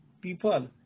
people